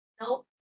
Nope